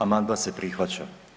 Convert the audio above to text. Amandman se prihvaća.